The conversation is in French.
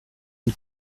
une